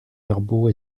verbaux